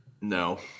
No